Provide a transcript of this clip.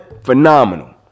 phenomenal